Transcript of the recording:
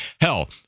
Hell